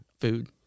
food